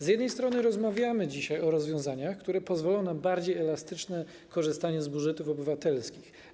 Z jednej strony rozmawiamy dzisiaj o rozwiązaniach, które pozwolą na bardziej elastyczne korzystanie z budżetów obywatelskich.